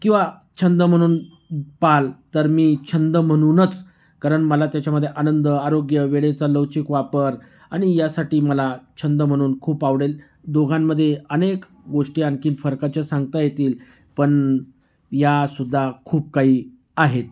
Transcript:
किंवा छंद म्हणून पाहाल तर मी छंद म्हणूनच कारण मला त्याच्यामध्ये आनंद आरोग्य वेळेचा लवचिक वापर आणि यासाठी मला छंद म्हणून खूप आवडेल दोघांमध्ये अनेक गोष्टी आणखीन फरकाच्या सांगता येतील पण यासुद्धा खूप काही आहेत